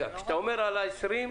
כשאתה אומר 20,